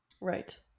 Right